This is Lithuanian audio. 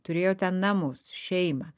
turėjo ten namus šeimą